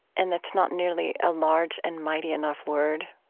and it's not nearly a large and mighty enough word,